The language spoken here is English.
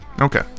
okay